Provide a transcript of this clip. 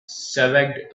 swayed